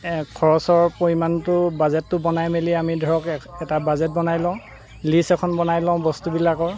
খৰচৰ পৰিমাণটো বাজেটটো বনাই মেলি আমি ধৰক এটা বাজেট বনাই লওঁ লিষ্ট এখন বনাই লওঁ বস্তুবিলাকৰ